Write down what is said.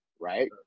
right